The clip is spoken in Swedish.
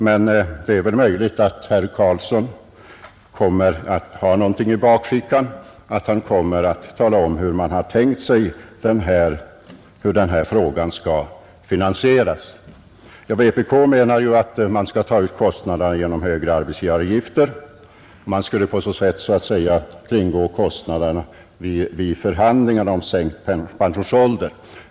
Möjligt är dock att herr Carlsson har någonting i bakfickan och senare kommer att tala om hur han har tänkt sig att detta skall finansieras. Vänsterpartiet kommunisterna anser ju att vi skall ta ut kostnaderna genom högre arbetsgivaravgifter. På det sättet skulle man så att säga kringgå kostnadsfrågan vid förhandlingar om sänkt pensionsålder.